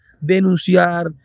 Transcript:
denunciar